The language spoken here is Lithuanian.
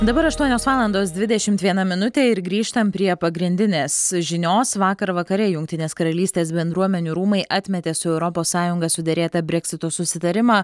dabar aštuonios valandos dvidešimt viena minutė ir grįžtam prie pagrindinės žinios vakar vakare jungtinės karalystės bendruomenių rūmai atmetė su europos sąjunga suderėtą breksito susitarimą